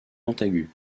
montagut